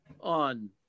on